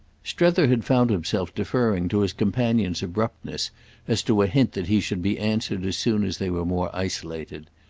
strether had found himself deferring to his companion's abruptness as to a hint that he should be answered as soon as they were more isolated.